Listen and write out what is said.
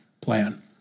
plan